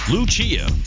Lucia